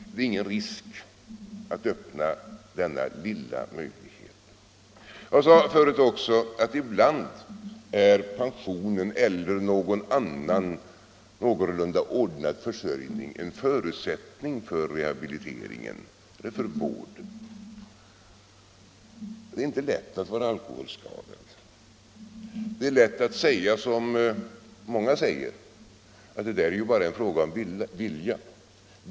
Det är ingen risk att öppna denna lilla möjlighet. Jag sade förut också att pensionen eller annan någorlunda ordnad försörjning ibland är en förutsättning för rehabilitering eller för vård. Det är inte lätt att vara alkoholskadad. Det är enkelt att säga, som många gör, att det bara är en fråga om vilja.